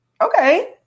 okay